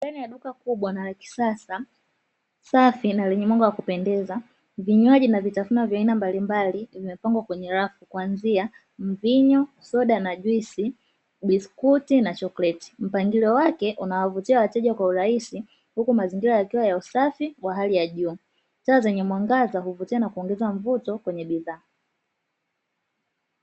Ndani ya duka kubwa na lakisasa, safi na lenye mwanga wa kupendeza, vinywaji na vitafunwa vya aina mbalimbali vimepangwa kwenye safu kuanzia mvinyuo, soda, juisi, biskuti na chokleti. Mpangilio wake unawavutia wateja kwa urahisi huku mazingira yakiwa ya usafi wa hali ya juu. Taa zenye mwangaza huvutia na kuongeza mvuto kwenye bidhaa.